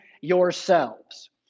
yourselves